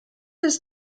his